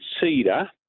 cedar